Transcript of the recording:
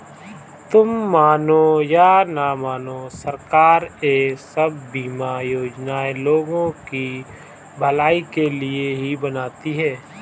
तुम मानो या न मानो, सरकार ये सब बीमा योजनाएं लोगों की भलाई के लिए ही बनाती है